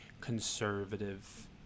conservative